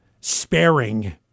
sparing